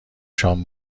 شام